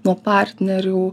nuo partnerių